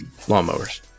lawnmowers